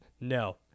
No